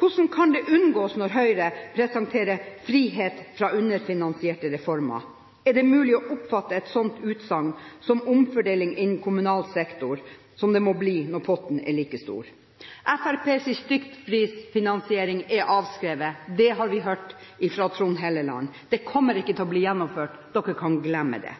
Hvordan kan det unngås når Høyre presenterer frihet fra underfinansierte reformer? Er det mulig å oppfatte et sånt utsagn som omfordeling innen kommunal sektor, som det må bli når potten er like stor? Fremskrittspartiets stykkprisfinansiering er avskrevet. Det har vi hørt fra Trond Helleland. Det kommer ikke til å bli gjennomført – dere kan glemme det.